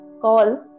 call